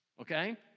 okay